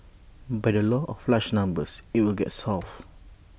by the law of large numbers IT will get solved